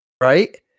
Right